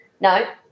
No